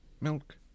milk